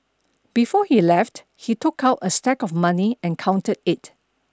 before he left he took out a stack of money and counted it